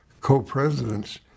co-presidents